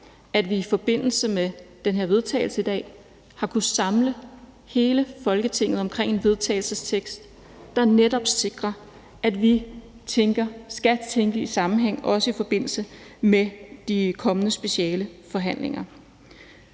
er jeg meget, meget glad for, at vi i dag har kunnet samle hele Folketinget omkring en vedtagelsestekst, der netop sikrer, at vi skal tænke i sammenhæng, også i forbindelse med de kommende specialeforhandlinger.